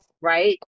Right